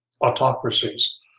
autocracies